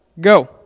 go